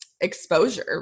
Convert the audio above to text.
exposure